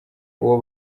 uwo